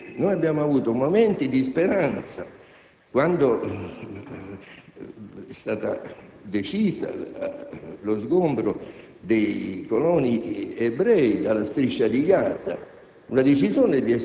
Vi sono stati momenti di speranza quando è stato deciso lo sgombero dei coloni ebrei dalla Striscia di Gaza.